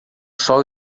sol